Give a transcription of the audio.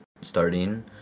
starting